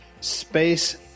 Space